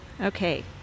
Okay